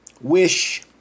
wish